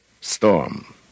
Storm